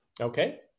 Okay